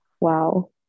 Wow